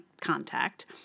contact